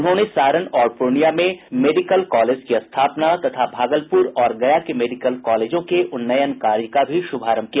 उन्होंने सारण और पूर्णियां में मेडिकल कॉलेज की स्थापना तथा भागलपुर और गया के मेडिकल कॉलेजों के उन्नयन कार्य का भी शुभारंभ किया